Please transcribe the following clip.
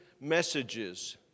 messages